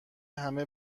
همه